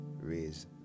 raise